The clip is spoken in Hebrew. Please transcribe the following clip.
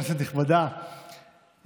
כנסת נכבדה,